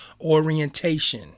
orientation